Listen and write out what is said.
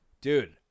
dude